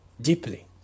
deeply